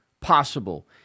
possible